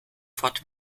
fort